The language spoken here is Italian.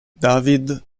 david